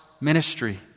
ministry